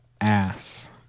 ass